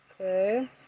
Okay